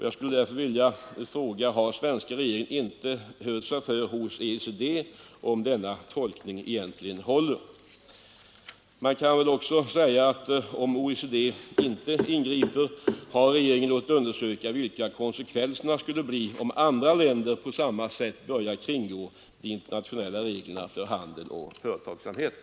Jag skulle därför vilja fråga: Har svenska regeringen inte hört sig för hos OECD om denna tolkning håller? Och om OECD inte ingriper: Har regeringen låtit undersöka vilka konsekvenserna skulle bli om andra länder på samma sätt börjar kringgå de internationella reglerna för handel och företagsamhet?